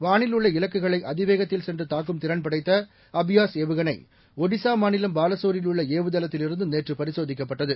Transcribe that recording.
வானில்உள்ளஇலக்குகளைஅதிவேகத்தில்சென்றுதாக்கும்திற ன்படைத்தஅபியாஸ்ஏவுகணை ஒடிசாமாநிலம்பாலசோரில்உள்ளஏவுதளத்தில்இருந்துநேற்று பரிசோதிக்கப்பட்டது